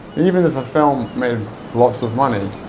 even if the film made lots of money,